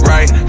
Right